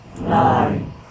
nine